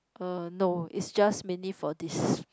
err no it's just mainly for this